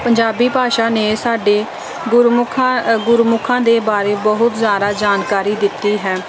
ਪੰਜਾਬੀ ਭਾਸ਼ਾ ਨੇ ਸਾਡੇ ਗੁਰਮੁਖਾਂ ਗੁਰਮੁਖਾਂ ਦੇ ਬਾਰੇ ਬਹੁਤ ਜ਼ਿਆਦਾ ਜਾਣਕਾਰੀ ਦਿੱਤੀ ਹੈ